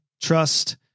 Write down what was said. trust